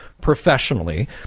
professionally